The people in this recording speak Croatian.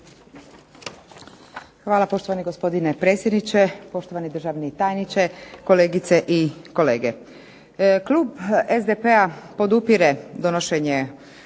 Hvala, poštovani gospodine predsjedniče. Poštovani državni tajniče, kolegice i kolege. Klub SDP-a podupire donošenje